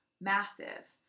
massive